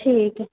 ਠੀਕ